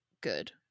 good